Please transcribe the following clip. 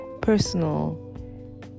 personal